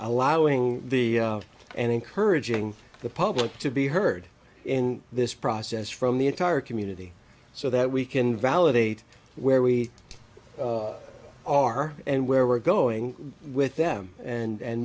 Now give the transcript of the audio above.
allowing the and encouraging the public to be heard in this process from the entire community so that we can validate where we are and where we're going with them and